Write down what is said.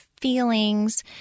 feelings